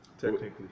Technically